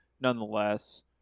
nonetheless